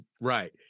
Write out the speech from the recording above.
Right